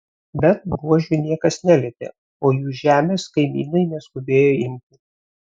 bet buožių niekas nelietė o jų žemės kaimynai neskubėjo imti